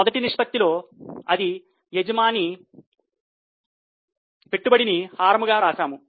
మొదటి నిష్పత్తిలో అది మనము యజమాని పెట్టుబడిని హారముగా వ్రాసాము